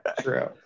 True